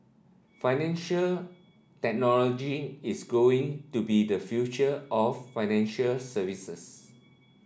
financial technology is going to be the future of financial services